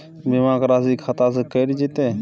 बीमा के राशि खाता से कैट जेतै?